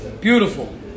Beautiful